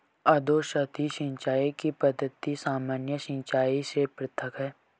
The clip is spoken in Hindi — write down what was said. अधोसतही सिंचाई की पद्धति सामान्य सिंचाई से पृथक है